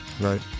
right